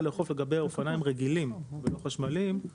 לאכוף לגבי אופניים רגילים ולא חשמליים,